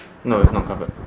no it's not covered